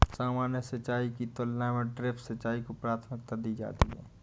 सामान्य सिंचाई की तुलना में ड्रिप सिंचाई को प्राथमिकता दी जाती है